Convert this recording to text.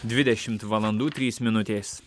dvidešimt valandų trys minutės